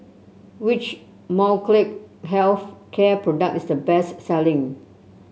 which Molnylcke Health Care product is the best selling